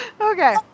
Okay